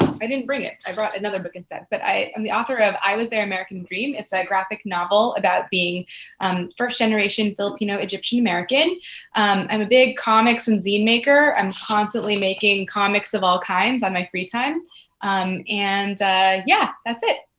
i didn't bring it. i brought another book instead. but i am the author of i was their american dream. it's a graphic novel about being um first-generation filipino egyptian american. um i am a big comics and zine maker. i am constantly making comics of all kinds on my free time and yeah, that's it?